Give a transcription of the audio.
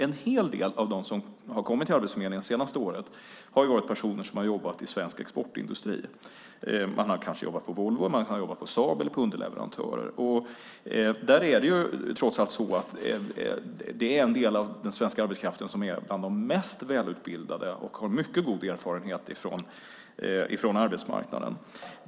En hel del av dem som har kommit till Arbetsförmedlingen det senaste året har varit personer som har jobbat i svensk exportindustri. Man har kanske jobbat på Volvo, man har jobbat på Saab eller hos underleverantörer. Det är trots allt så att det är en del av den svenska arbetskraften som är bland de mest välutbildade och har mycket god erfarenhet från arbetsmarknaden.